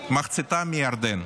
מחציתם מירדן.